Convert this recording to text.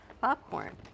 popcorn